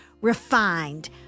Refined